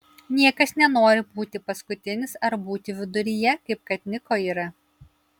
niekas nenori būti paskutinis ar būti viduryje kaip kad niko yra